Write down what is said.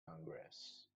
congress